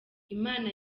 imana